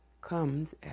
comes